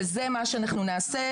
וזה מה שאנחנו נעשה.